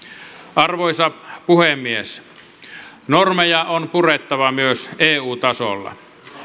arvoisa puhemies normeja on purettava myös eu tasolla